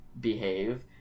behave